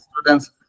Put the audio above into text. students